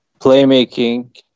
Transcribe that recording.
playmaking